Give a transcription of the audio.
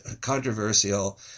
controversial